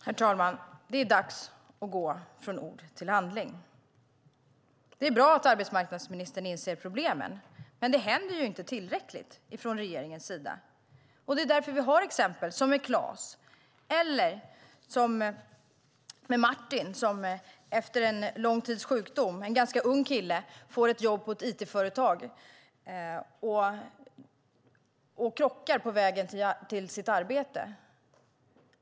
Herr talman! Det är dags att gå från ord till handling. Det är bra att arbetsmarknadsministern inser problemen, men det händer inte tillräckligt från regeringens sida. Det är därför vi har exempel som Klas. Eller låt oss se på Martin, en ung kille som efter en lång tids sjukdom får ett jobb på ett it-företag. Han krockar på vägen till arbetet.